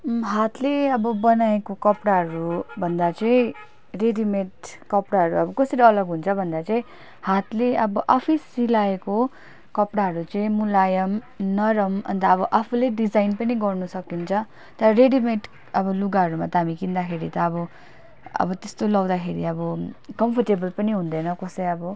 हातले अब बनाएको कपडाहरूभन्दा चाहिँ रेडिमेड कपडाहरू अब कसरी अलग हुन्छ भन्दा चाहिँ हातले अब आफै सिलाएको कपडाहरू चाहिँ मुलायम नरम अन्त अब आफैले डिजाइन पनि गर्न सकिन्छ तर रेडिमेड अब लुगाहरूमा त हामी किन्दाखेरि त अब त्यस्तो लाउँदाखेरि अब कम्फोर्टेबल पनि हुँदैन कसै अब